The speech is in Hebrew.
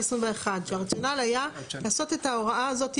שהרציונל היה לעשות את ההוראה הזאת,